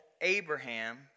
Abraham